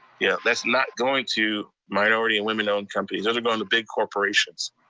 yeah that's not going to minority and women-owned companies, those are going to big corporations.